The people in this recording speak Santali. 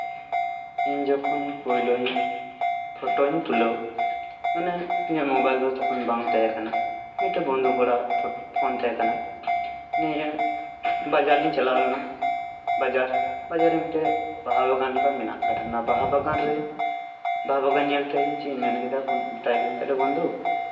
ᱤᱧ ᱡᱚᱠᱷᱚᱱ ᱯᱳᱭᱞᱳᱧ ᱯᱷᱳᱴᱳᱧ ᱛᱩᱞᱟᱹᱣ ᱢᱟᱱᱮ ᱤᱧᱟᱹᱜ ᱢᱚᱵᱟᱭᱤᱞ ᱫᱚ ᱛᱚᱠᱷᱚᱱ ᱵᱟᱝ ᱛᱟᱦᱮᱸ ᱠᱟᱱᱟ ᱢᱤᱫᱴᱮᱱ ᱵᱚᱱᱫᱷᱩ ᱠᱚᱲᱟᱣᱟᱜ ᱯᱷᱳᱱ ᱛᱟᱦᱮᱸ ᱠᱟᱱᱟ ᱫᱤᱭᱮ ᱵᱟᱡᱟᱨ ᱞᱤᱧ ᱪᱟᱞᱟᱣ ᱞᱮᱱᱟ ᱵᱟᱡᱟᱨ ᱵᱟᱡᱟᱨᱮ ᱢᱤᱫᱴᱮᱡ ᱵᱟᱦᱟ ᱵᱟᱜᱟᱱ ᱞᱮᱠᱟ ᱢᱮᱱᱟᱜ ᱠᱟᱫᱟ ᱚᱱᱟ ᱵᱟᱦᱟ ᱵᱟᱜᱟᱱ ᱨᱮ ᱵᱟᱦᱟ ᱵᱟᱜᱟᱱ ᱧᱮᱞᱛᱮ ᱤᱧ ᱪᱮᱫ ᱤᱧ ᱢᱮᱱ ᱠᱮᱫᱟ ᱢᱮᱛᱟᱭ ᱠᱟᱹᱱᱟᱹᱧ ᱛᱟᱦᱚᱞᱮ ᱵᱚᱱᱫᱷᱩ